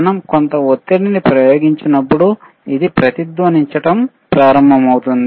మనం కొంత ఒత్తిడిని ప్రయోగించినప్పుడు ఇది ప్రతిధ్వనించడం ప్రారంభిస్తుంది